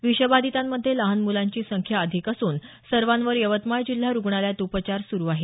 विषबाधितांमध्ये लहान मुलांची संख्या अधिक असून सर्वांवर यवतमाळ जिल्हा रुग्णालयात उपचार सुरु आहेत